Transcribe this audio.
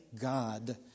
God